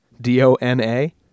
D-O-N-A